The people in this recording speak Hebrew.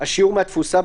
השיעור מהתפוסה,